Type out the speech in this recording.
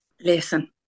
Listen